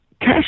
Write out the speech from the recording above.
Cash